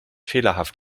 fehlerhaft